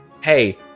hey